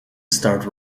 start